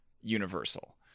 universal